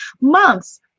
months